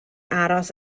aros